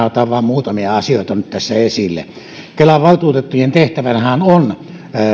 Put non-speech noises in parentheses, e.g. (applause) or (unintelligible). (unintelligible) otan vain muutamia asioita nyt tässä esille kelan valtuutettujen tehtävänähän on